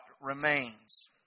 remains